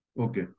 Okay